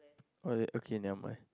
oh okay never mind